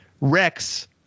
Rex